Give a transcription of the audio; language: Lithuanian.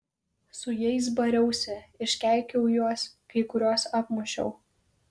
su jais bariausi iškeikiau juos kai kuriuos apmušiau